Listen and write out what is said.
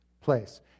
place